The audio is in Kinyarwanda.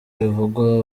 bivugwa